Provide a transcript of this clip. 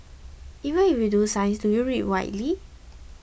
even if you do science do you read widely